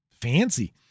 Fancy